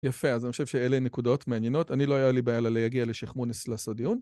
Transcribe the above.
יפה, אז אני חושב שאלה נקודות מעניינות. אני לא היה לי בעיה להגיע לשכמונס לעשות דיון.